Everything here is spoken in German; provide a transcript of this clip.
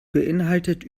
beeinhaltet